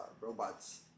robots